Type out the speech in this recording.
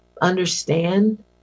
understand